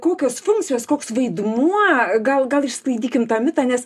kokios funkcijos koks vaidmuo gal gal išsklaidykim tą mitą nes